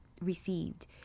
received